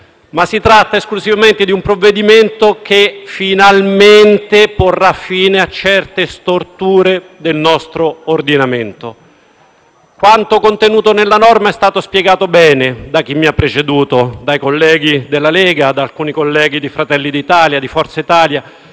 Ma si tratta esclusivamente di un provvedimento che, finalmente, porrà fine a certe storture del nostro ordinamento. Quanto contenuto nella norma è stato spiegato bene da chi mi ha preceduto, dai colleghi della Lega, da alcuni colleghi di Fratelli d'Italia e di Forza Italia,